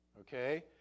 Okay